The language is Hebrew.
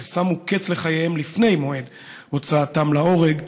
ששמו קץ לחייהם לפני מועד הוצאתם להורג,